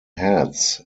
heads